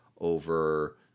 over